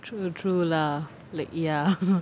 true true lah like ya